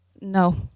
No